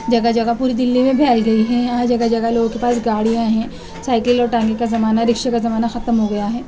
جگہ جگہ پوری دہلی میں پھیل گئی ہیں یہاں جگہ جگہ لوگوں کے پاس گاڑیاں ہیں سائیکل اور ٹانگے کا زمانہ رکشے کا زمانہ ختم ہو گیا ہے